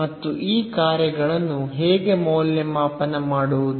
ಮತ್ತು ಈ ಕಾರ್ಯಗಳನ್ನು ಹೇಗೆ ಮೌಲ್ಯಮಾಪನ ಮಾಡುವುದು